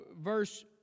Verse